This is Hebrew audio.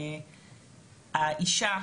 האישה,